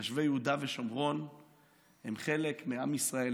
מתיישבי יהודה ושומרון הם חלק מעם ישראל,